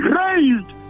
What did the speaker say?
raised